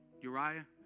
Uriah